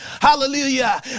hallelujah